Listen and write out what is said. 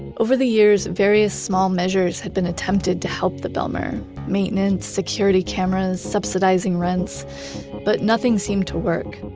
over the years, various small measures had been attempted to help the bijlmer maintenance, security cameras, subsidizing rents but nothing seemed to work.